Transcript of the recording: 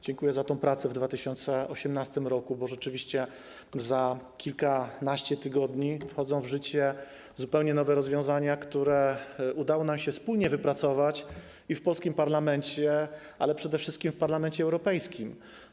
Dziękuję za tę pracę w 2018 r., bo rzeczywiście za kilkanaście tygodni wchodzą w życie zupełnie nowe rozwiązania, które udało nam się wspólnie wypracować w polskim parlamencie, ale przede wszystkim w Parlamencie Europejskim.